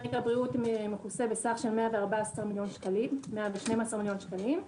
פרק הבריאות מכוסה בסך של 112- 114 מיליון שקלים,